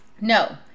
No